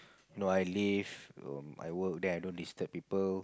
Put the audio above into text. no I live um I work then I don't disturb people